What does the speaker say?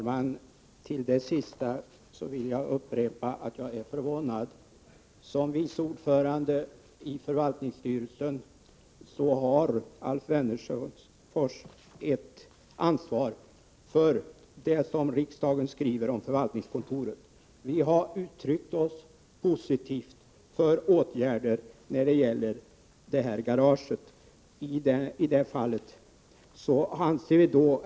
Herr talman! Beträffande det senaste vill jag upprepa att jag är förvånad. Som vice ordförande i förvaltningsstyrelsen har Alf Wennerfors ett ansvar för det som riksdagen beställer från förvaltningskontoret. Vi har uttryckt oss positivt för åtgärder när det gäller garagefrågan.